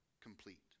complete